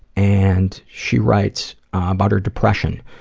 and she writes about her depression.